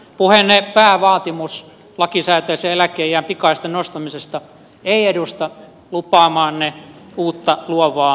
puheenne päävaatimus lakisääteisen eläkeiän pikaisesta nostamisesta ei edusta lupaamaanne uutta luovaa ajattelua